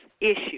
issue